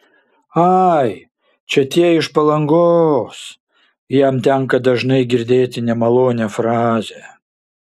ai čia tie iš palangos jam tenka dažnai girdėti nemalonią frazę